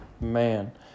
man